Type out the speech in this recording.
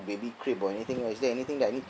baby crib or anything like is there anything that I need